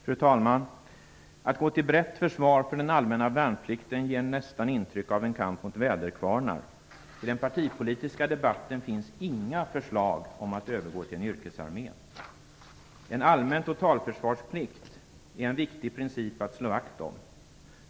Fru talman! Att gå till brett försvar för den allmänna värnplikten ger nästan intryck av en kamp mot väderkvarnar. I den partipolitiska debatten finns inga förslag om att övergå till en yrkesarmé. En allmän totalförsvarsplikt är en viktig princip att slå vakt om.